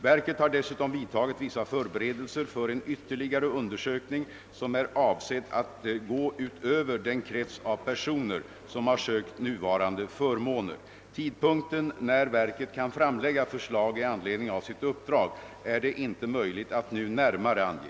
Verket har dessutom vidtagit vissa förberedelser för en ytterligare undersökning som är avsedd att gå utöver den krets av personer som har sökt nuvarande förmåner. Tidpunkten när verket kan framlägga förslag i anledning av sitt uppdrag är det inte möjligt att nu närmare ange.